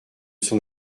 son